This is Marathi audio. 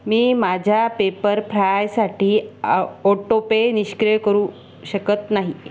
मी माझ्या पेपरफ्रायसाठी ओटोपे निष्क्रिय करू शकत नाही